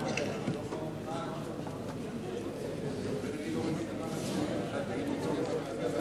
חוק העונשין (תיקון מס' 102), התש"ע